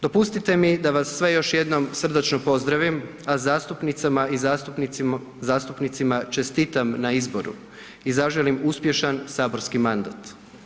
Dopustite mi da vas sve još jednom srdačno pozdravim, a zastupnicama i zastupnicima čestitam na izboru i zaželim uspješan saborski mandat.